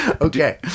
Okay